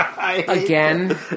Again